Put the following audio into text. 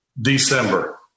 December